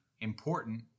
important